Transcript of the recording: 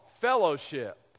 fellowship